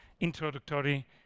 introductory